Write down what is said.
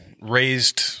raised